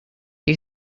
you